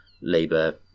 Labour